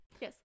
Yes